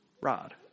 Rod